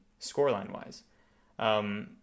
scoreline-wise